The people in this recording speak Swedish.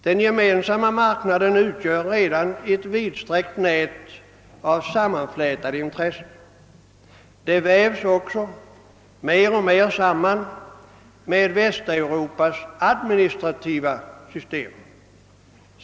Den gemensamma marknaden utgör redan ett vidsträckt nät av sammanflätade intressen, som vävs mer och mer samman med Västeuropas administrativa system.